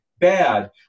bad